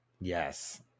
Yes